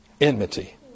Enmity